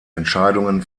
entscheidungen